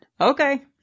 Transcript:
Okay